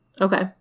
Okay